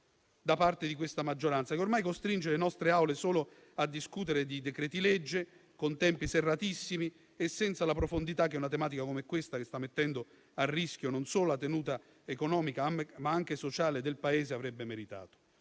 da parte della maggioranza, che ormai costringe le nostre Assemblee a discutere solo di decreti-legge con tempi serratissimi e senza la profondità che una tematica come questa, che sta mettendo a rischio non solo la tenuta economica, ma anche sociale del Paese, avrebbe meritato.